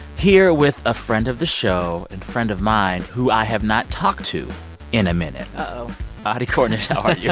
here with a friend of the show and friend of mine who i have not talked to in a minute uh-oh audie cornish, how are you?